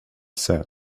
said